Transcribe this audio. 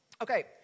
Okay